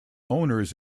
owners